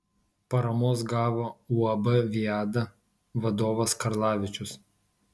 paramos gavo uab viada vadovas karlavičius